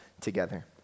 together